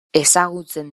ezagutzen